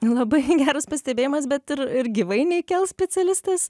labai geras pastebėjimas bet ir ir gyvai neįkels specialistas